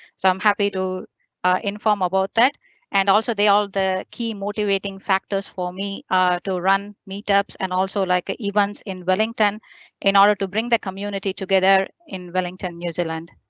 so i'm happy to inform about that and also they all the key motivating factors for me to run meetups and also like events in wellington in order to bring the community together in wellington, new zealand.